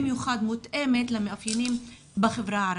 מותאמת במיוחד למאפיינים בחברה הערבית.